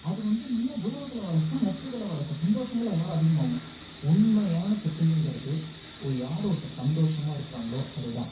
அது வந்து இன்னும் உறவுகளை வளர்க்கும் நட்புகளை வளர்க்கும் சந்தோஷங்கள் அதால் அதிகமாகும் உண்மையான செட்டிலுங்கிறது யார் ஒருத்தர் சந்தோஷமா இருக்கிறாங்களோ அது தான்